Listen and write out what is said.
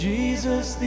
Jesus